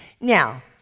now